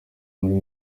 muri